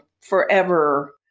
forever